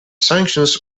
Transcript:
sanctions